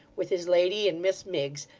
with his lady and miss miggs,